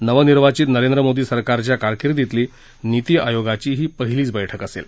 नवनिर्वाचित नरेंद्र मोदी सरकारच्या कारकिर्दीतली नीती आयोगाची ही पहिलीच बैठक असेल